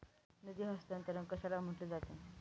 निधी हस्तांतरण कशाला म्हटले जाते?